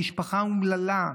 למשפחה אומללה.